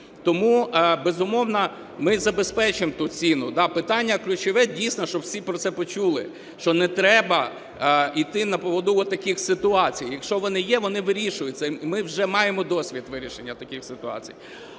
Тому, безумовно, ми забезпечимо ту ціну. Питання ключове, дійсно, щоб всі про це почули, що не треба йти на поводу отаких ситуацій, якщо вони є, вони вирішуються. Ми вже маємо досвід вирішення таких ситуацій.